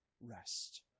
rest